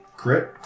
Crit